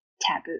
taboo